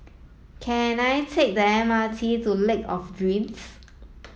can I take the M R T to Lake of Dreams